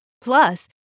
Plus